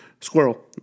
Squirrel